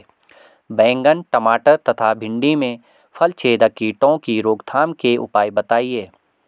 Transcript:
बैंगन टमाटर तथा भिन्डी में फलछेदक कीटों की रोकथाम के उपाय बताइए?